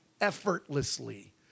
effortlessly